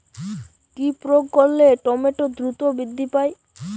কি প্রয়োগ করলে টমেটো দ্রুত বৃদ্ধি পায়?